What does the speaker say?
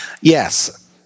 Yes